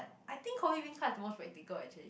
I think coffee-bean card is the most practical actually